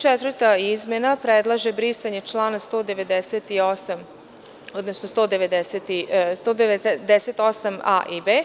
Četvrta izmena predlaže brisanje člana 198. a) i b)